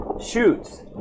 Shoots